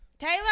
Taylor